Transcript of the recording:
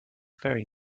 very